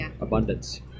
abundance